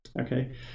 okay